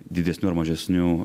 didesnių ar mažesnių